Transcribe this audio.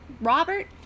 robert